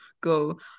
go